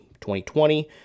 2020